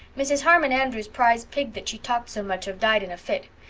mrs. harmon andrews prize pig that she talked so much of died in a fit.